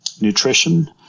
nutrition